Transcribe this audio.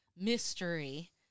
mystery